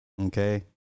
Okay